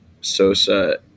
Sosa